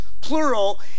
plural